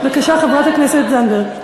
בבקשה, חברת הכנסת זנדברג.